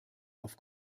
auf